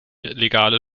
legale